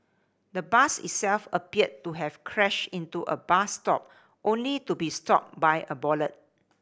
the bus itself appeared to have crashed into a bus stop only to be stopped by a bollard